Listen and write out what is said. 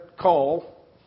call